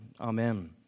Amen